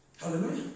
Hallelujah